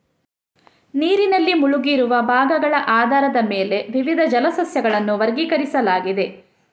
ನೀರಿನಲ್ಲಿ ಮುಳುಗಿರುವ ಭಾಗಗಳ ಆಧಾರದ ಮೇಲೆ ವಿವಿಧ ಜಲ ಸಸ್ಯಗಳನ್ನು ವರ್ಗೀಕರಿಸಲಾಗಿದೆ